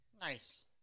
nice